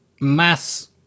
mass